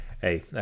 hey